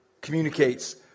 communicates